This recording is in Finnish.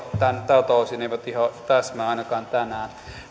tekonne tältä osin eivät ihan täsmää ainakaan tänään